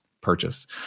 purchase